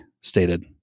stated